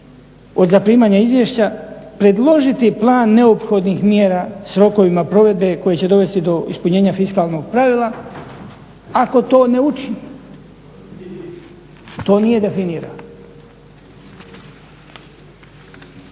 od zaprimanja izvješća predložiti plan neophodnih mjera s rokovima provedbe koji će dovesti do ispunjenja fiskalnog pravila, ako to ne učini? To nije definirano.